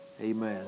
Amen